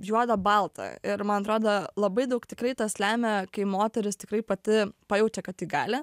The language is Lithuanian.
juoda balta ir man atrodo labai daug tikrai tas lemia kai moteris tikrai pati pajaučia kad ji gali